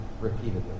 repeatedly